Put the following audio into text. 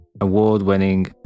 award-winning